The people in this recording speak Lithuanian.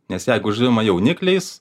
nes jeigu žuvinama jaunikliais